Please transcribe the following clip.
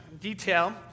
detail